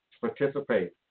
participate